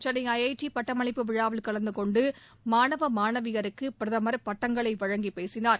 Chennai IIT பட்டமளிப்பு விழாவில் கலந்தகொண்டு மாணவ மாணவியருக்கு பிரதமர் பட்டங்களை வழங்கி பேசினார்